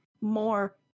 more